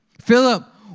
Philip